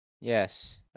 Yes